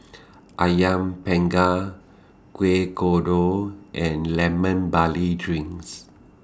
Ayam Panggang Kueh Kodok and Lemon Barley Drinks